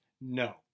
no